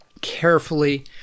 carefully